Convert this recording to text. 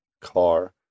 car